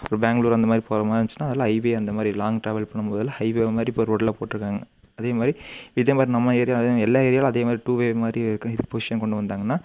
ஒரு பேங்ளூர் அந்த மாதிரி போகிற மாதிரி இருந்துச்சுன்னா அதில் ஹைவே அந்த மாதிரி லாங் ட்ராவல் பண்ணும் போதுலாம் ஹைவே மாதிரி போகிற ரோடுலாம் போட்டிருக்காங்க அதே மாதிரி இதே மாதிரி நம்ம ஏரியாவிலையும் எல்லா ஏரியாவிலையும் அதே மாதிரி டூவே மாதிரி இருக்குது இது பொசிஷன் கொண்டு வந்தாங்கன்னா